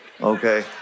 okay